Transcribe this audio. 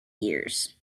years